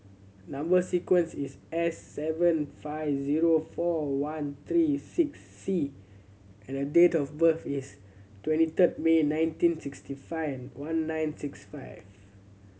number sequence is S seven five zero four one three six C and date of birth is twenty third May nineteen sixty five one nine six five